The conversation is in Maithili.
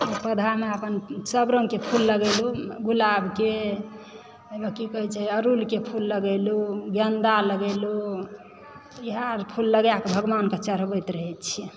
पौधामे अपसभ रङ्गके हमे फूल लगेलू गुलाबके ओहिमे की कहय छै अड़हुलके फूल लगेलू गेँदा लगेलू इएह अर फुल लगायके भगवानके चढ़बैत रहैत छी